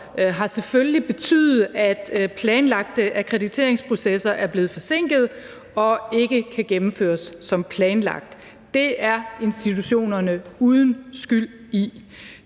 har selvfølgelig betydet, at planlagte akkrediteringsprocesser er blevet forsinket og ikke kan gennemføres som planlagt. Det er institutionerne uden skyld i.